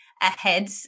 ahead